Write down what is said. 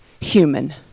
human